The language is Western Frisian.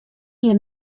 jier